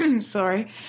Sorry